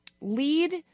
lead